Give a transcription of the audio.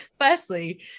firstly